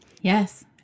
Yes